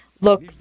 Look